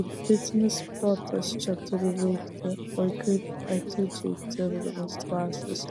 ir kritinis protas čia turi veikti oi kaip atidžiai tirdamas dvasias